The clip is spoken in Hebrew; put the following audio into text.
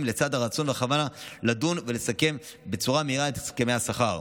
לצד הרצון והכוונה לדון ולסכם בצורה מהירה את הסכמי השכר.